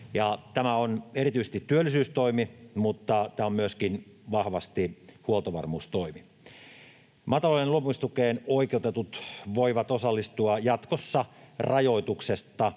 Tämä on erityisesti työllisyystoimi, mutta tämä on myöskin vahvasti huoltovarmuustoimi. Maatalouden luopumistukeen oikeutetut voivat osallistua jatkossa rajoituksetta